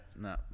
no